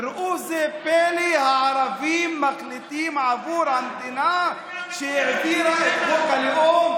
ראו זה פלא: הערבים מחליטים עבור המדינה שהעבירה את חוק הלאום,